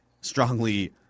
strongly